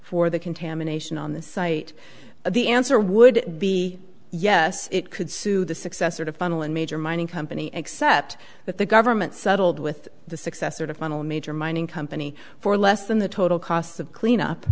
for the contamination on the site the answer would be yes it could sue the successor to funnel and major mining company except that the government settled with the successor to funnel major mining company for less than the total cost of cleanup